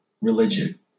Religion